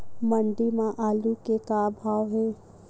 मंडी म आलू के का भाव हे?